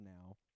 now